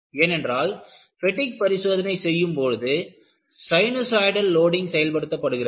ஏனென்றால் பெட்டிக் பரிசோதனை செய்யும் பொழுது சினுசாய்டல் லோடிங் செயல்படுத்தப்படுகிறது